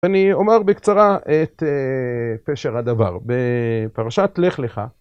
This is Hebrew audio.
אני אומר בקצרה את פשר הדבר: בפרשת "לך לך"